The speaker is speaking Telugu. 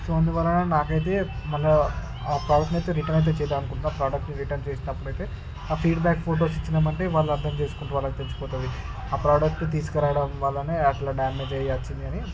సో అందువలన నాకైతే మళ్ళా ఆ ప్రోడక్ట్ నైతే రిటర్న్ ఇచ్చేదాం అనుకుంటున్నా ప్రోడక్ట్ని రిటర్న్ చేసేటప్పుడు అయితే ఆ ఫీడ్బ్యాక్ ఫొటోస్ ఇచ్చినామంటే వాళ్ళు అర్థం చేసుకుంటూ వాళ్ళకు తెల్సిపోతుంది ఆ ప్రోడక్ట్ తీసుకు రావడం వల్లనే అట్ల డ్యామేజ్ అవి వచ్చిందని